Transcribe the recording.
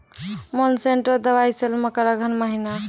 Monsanto दवाई sale मकर अघन महीना,